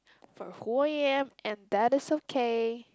for who I am and that is okay